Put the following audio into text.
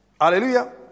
Hallelujah